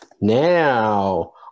Now